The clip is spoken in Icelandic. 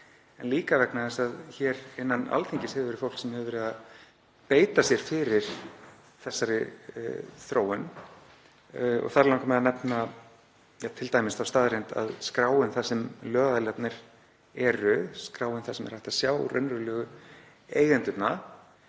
líka vegna þess að hér innan Alþingis hefur verið fólk sem hefur verið að beita sér fyrir þessari þróun. Þar langar mig að nefna t.d. þá staðreynd að skráin þar sem lögaðilarnir eru, skráin þar sem er hægt að sjá raunverulegu eigendurna,